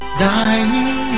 dying